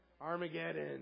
Armageddon